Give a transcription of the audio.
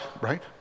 right